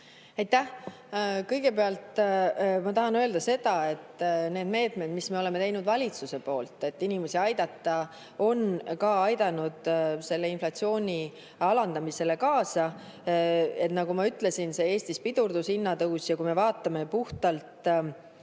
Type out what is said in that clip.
Aitäh! Kõigepealt ma tahan öelda seda, et need meetmed, mis me oleme teinud valitsuse poolt, et inimesi aidata, on ka aidanud inflatsiooni alandamisele kaasa. Nagu ma ütlesin, Eestis on hinnatõus pidurdunud. Kui me vaatame puhtalt